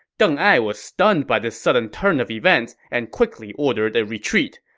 deng ai was stunned by this sudden turn of events and quickly ordered a retreat.